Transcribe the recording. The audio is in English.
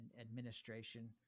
administration